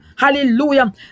Hallelujah